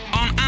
on